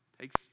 Takes